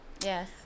Yes